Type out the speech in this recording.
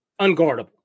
unguardable